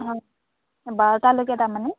অঁ বাৰটালৈকে তাৰমানে